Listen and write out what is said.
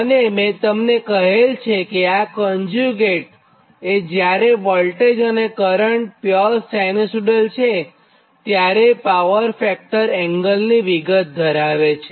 અને મેં તમને કહેલ છેકે કોન્જ્યુગેટ એ જ્યારે વોલ્ટેજ અને કરંટ પ્યોર સાઇનસોઇડલ છે ત્યારે પાવર ફેકટર એંગલ ની વિગત ધરાવે છે